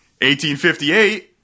1858